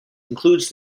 includes